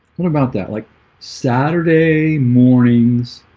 what about that like saturday mornings